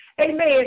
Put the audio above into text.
amen